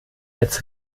als